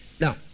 Now